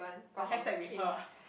the hashtag with her ah